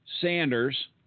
Sanders